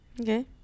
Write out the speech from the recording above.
Okay